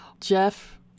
Jeff